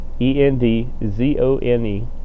e-n-d-z-o-n-e